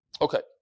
Okay